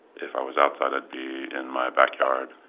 if i was outside, i'd be in my backyard.